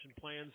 plans